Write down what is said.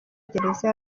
gereza